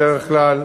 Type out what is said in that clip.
בדרך כלל,